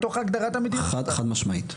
חד משמעית.